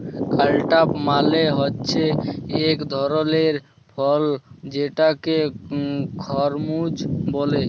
cantaloupe মালে হছে ইক ধরলের ফল যেটাকে খরমুজ ব্যলে